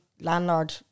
landlord